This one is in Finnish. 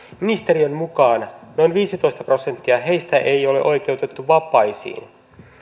ministeriön mukaan noin viisitoista prosenttia heistä ei ole oikeutettu vapaisiin